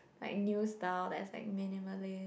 like new style that's like minimalist